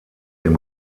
dem